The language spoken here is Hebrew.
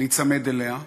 להיצמד אליה,